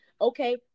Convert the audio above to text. Okay